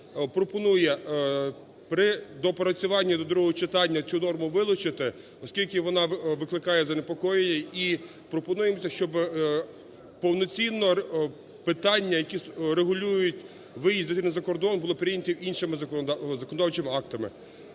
до другого читання цю норму вилучити, оскільки вона викликає занепокоєння. І пропонується, щоб повноцінно питання, які регулюють виїзд дитини за кордон, було прийнято іншими законодавчими актами.